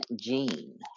gene